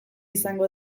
izango